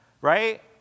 right